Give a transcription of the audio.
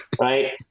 right